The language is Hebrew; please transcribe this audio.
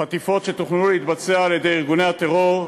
חטיפות שתוכננו להתבצע על-ידי ארגוני הטרור,